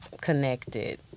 connected